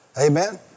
Amen